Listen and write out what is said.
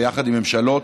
ויחד עם ממשלות,